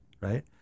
right